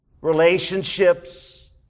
relationships